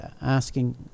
asking